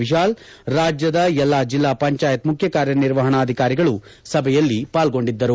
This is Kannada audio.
ವಿಶಾಲ್ ರಾಜ್ಯದ ಎಲ್ಲಾ ಜಿಲ್ಲಾ ಪಂಚಾಯತ್ ಮುಖ್ಯಕಾರ್ಯನಿರ್ವಹಣ ಅಧಿಕಾರಿಗಳು ಸಭೆಯಲ್ಲಿ ಪಾಲ್ಗೊಂಡಿದ್ದರು